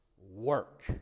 work